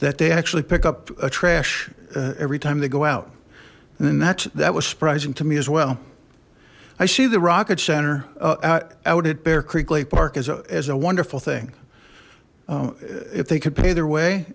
that they actually pick up a trash every time they go out and then that's that was surprising to me as well i see the rocket center out at bear creek lake park as a wonderful thing if they could pay their way